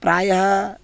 प्रायः